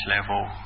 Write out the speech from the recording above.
level